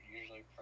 usually